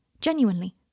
Genuinely